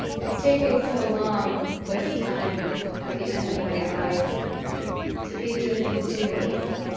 it's taking so long this time at the end of my eyes to be discontinuous,